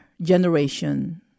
generation